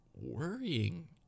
Worrying